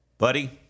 Buddy